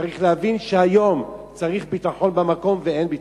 צריך להבין שהיום צריך ביטחון במקום, ואין ביטחון.